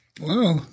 Wow